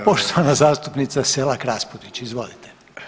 Poštovana zastupnica Selak Raspudić, izvolite.